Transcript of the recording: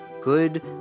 good